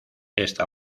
esta